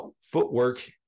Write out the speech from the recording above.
footwork